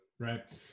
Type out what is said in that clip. Right